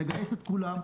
לגייס את כולם.